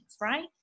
right